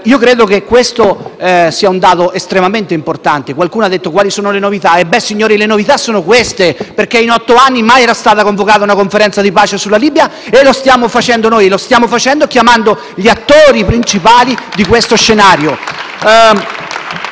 Credo che questo sia un dato estremamente importante. Qualcuno ha chiesto quali fossero le novità; signori, le novità sono queste: mai in otto anni era stata convocata una Conferenza di pace sulla Libia e lo stiamo facendo noi, chiamando gli attori principali di questo scenario.